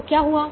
तो क्या हुआ